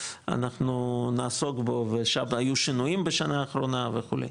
אנחנו נעסוק בו והיו שינויים בשנה האחרונה וכו'.